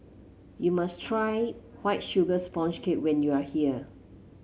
you must try White Sugar Sponge Cake when you are here